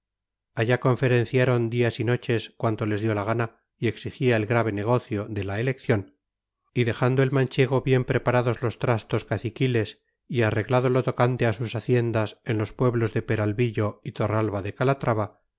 allá conferenciaron días y noches cuanto les dio la gana y exigía el grave negocio de la elección y dejando el manchego bien preparados los trastos caciquiles y arreglado lo tocante a sus haciendas en los pueblos de peralvillo y torralba